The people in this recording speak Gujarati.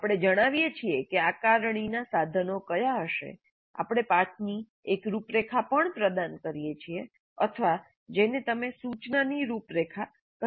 આપણે જણાવીએ છીએ કે આકારણીનાં સાધનો કયા હશે આપણે પાઠ ની એક રૂપરેખા પણ પ્રદાન કરીએ છીએ અથવા જેને તમે સૂચનાની રૂપરેખા કહી શકો છો